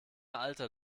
alter